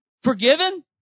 Forgiven